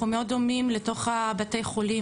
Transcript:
אנחנו מאוד דומים לתוך בתי החולים,